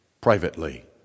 privately